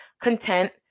content